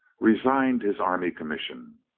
resigned his army commission.